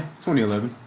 2011